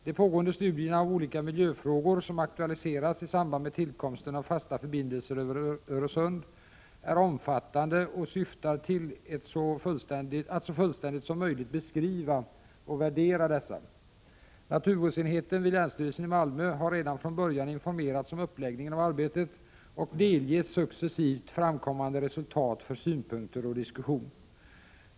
De pågående studierna av olika miljöfrågor som aktualiseras i samband med tillkomsten av fasta förbindelser över Öresund är omfattande och syftar till att så fullständigt som möjligt beskriva och värdera dessa. Naturvårdsenheten vid länsstyrelsen i Malmö har redan från början informerats om uppläggningen av arbetet och delges successivt framkommande resultat för synpunkter och diskussion.